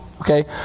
Okay